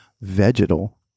vegetal